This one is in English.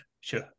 Sure